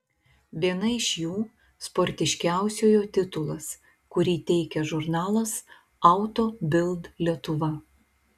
viena iš jų sportiškiausiojo titulas kurį teikia žurnalas auto bild lietuva